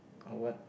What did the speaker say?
or what